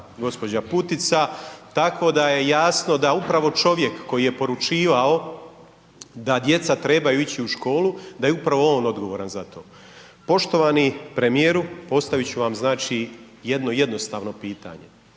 gđa. Putica. Tako da je jasno da upravo čovjek koji je poručivao da djeca trebaju ići u školu da je upravo on odgovoran za to. Poštovani premijeru, postaviti ću vam znači jedno jednostavno pitanje,